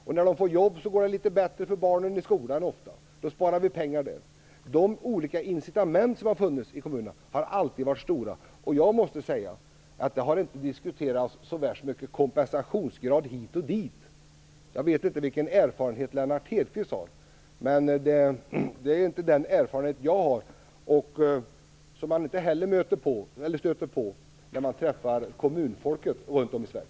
När människor får jobb går det ofta bättre för barnen i skolan, och då sparar vi pengar. De olika incitament som funnits i kommunerna har alltid varit stora. Jag måste säga att det inte har diskuterats så värst mycket om kompensationsgrad hit eller dit. Jag vet inte vilken erfarenhet Lennart Hedquist har. Men jag har inte den erfarenheten, och inte heller stöter man på sådant bland kommunfolket runt om i Sverige.